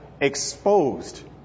exposed